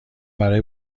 برای